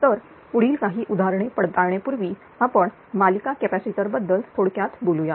तर पुढील काही उदाहरणे पडताळणी पूर्वी आपण मालिका कॅपॅसिटर बद्दल थोडक्यात बोलूया